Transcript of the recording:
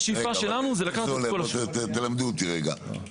רגע, תלמדו אותי רגע.